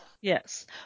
Yes